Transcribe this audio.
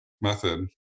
method